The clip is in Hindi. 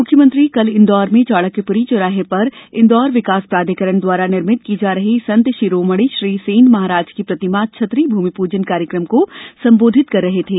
मुख्यमंत्री कल इंदौर में चाणक्यप्री चौराहे पर इंदौर विकास प्राधिकरण द्वारा निर्मित की जा रही संत शिरोमणि श्री सेन महाराज की प्रतिमा छतरी भूमि पूजन कार्यक्रम को संबोधित कर रहे थे